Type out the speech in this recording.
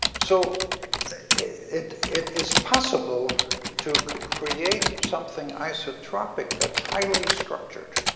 so it it is possible to create something isotropic that's highly structured,